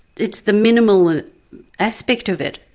it's the minimal aspect of it.